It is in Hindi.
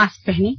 मास्क पहनें